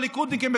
הליכודניקים,